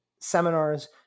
seminars